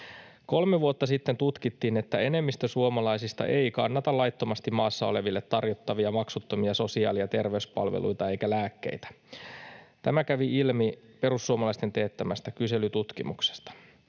Kolme vuotta sitten tutkittiin, että enemmistö suomalaisista ei kannata laittomasti maassa oleville tarjottavia maksuttomia sosiaali- ja terveyspalveluita eikä lääkkeitä. Tämä kävi ilmi perussuomalaisten teettämästä kyselytutkimuksesta.